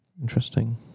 Interesting